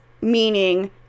Meaning